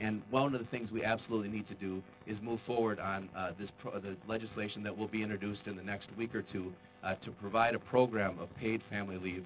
and one of the things we absolutely need to do is move forward on this problem the legislation that will be introduced in the next week or two to provide a program of paid family leave